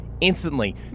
Instantly